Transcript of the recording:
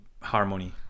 harmony